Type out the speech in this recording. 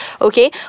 Okay